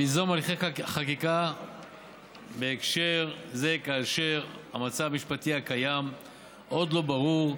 ליזום הליכי חקיקה בהקשר זה כאשר המצב המשפטי הקיים עוד לא ברור,